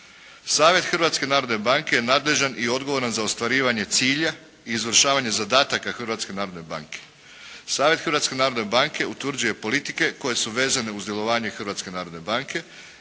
Savjet Hrvatske narodne banke je nadležan i odgovoran za ostvarivanje cilja i izvršavanje zadataka Hrvatske narodne banke. Savjet Hrvatske narodne banke utvrđuje politike koje su vezane uz djelovanje Hrvatske narodne banke